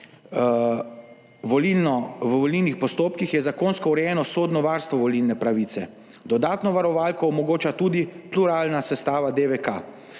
v volilnih postopkih je zakonsko urejeno sodno varstvo volilne pravice, dodatno varovalko omogoča tudi pluralna sestava DVK.